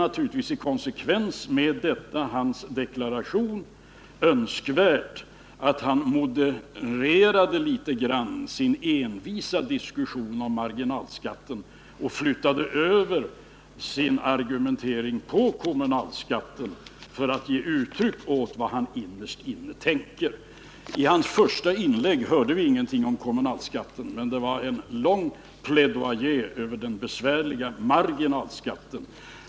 I konsekvens med detta vore det naturligtvis önskvärt att han något modererade sin envisa diskussion om marginalskatten och flyttade över sin argumentering på kommunalskatten för att ge uttryck åt vad han innerst inne tänker. I herr Bergqvists första inlägg hörde vi ingenting om kommunalskatten, men det innehöll en lång plädoajé över den besvärliga marginalskatten.